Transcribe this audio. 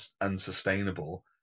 unsustainable